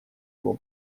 его